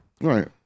Right